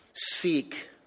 Seek